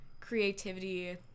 creativity